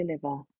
deliver